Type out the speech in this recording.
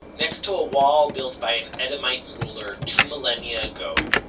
next to a wall built by an edomite ruler two millennia ago,